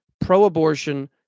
pro-abortion